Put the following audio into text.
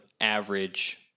average